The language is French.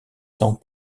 cents